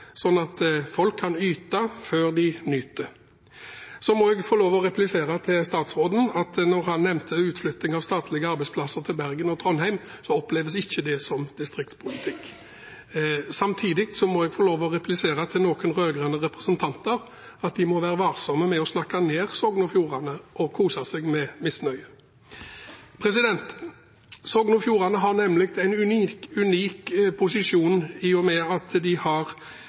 at folk kan yte før de nyter. Så må jeg få lov til å replisere til statsråden at når han nevnte utflytting av statlige arbeidsplasser til Bergen og Trondheim, så oppleves ikke det som distriktspolitikk. Samtidig må jeg få lov til å replisere til noen rød-grønne representanter at de må være varsomme med å snakke ned Sogn og Fjordane og kose seg med misnøyen. Sogn og Fjordane har en unik posisjon i og med at de